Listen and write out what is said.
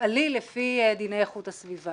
- תפעלי לפי דיני איכות הסביבה.